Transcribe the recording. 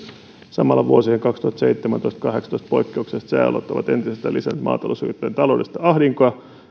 samalla vuosien kaksituhattaseitsemäntoista ja kaksituhattakahdeksantoista poikkeukselliset sääolot ovat entisestään lisänneet maatalousyrittäjien taloudellista ahdinkoa